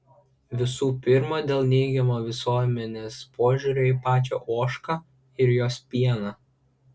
visų pirma dėl neigiamo visuomenės požiūrio į pačią ožką ir jos pieną